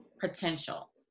potential